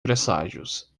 presságios